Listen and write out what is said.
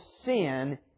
sin